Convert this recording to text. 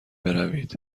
بروید